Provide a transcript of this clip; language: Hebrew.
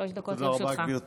שלוש דקות לרשותך, בבקשה.